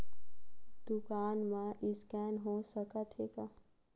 दुकान मा स्कैन हो सकत हे का?